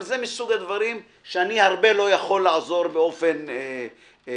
אבל זה מסוג הדברים שאני הרבה לא יכול לעזור בהם באופן אישי.